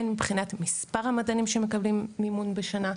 הן מבחינת מספר המדענים שמקבלים מימון בשנה,